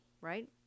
right